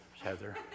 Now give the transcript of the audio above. Heather